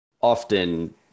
often